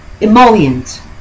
emollient